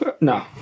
No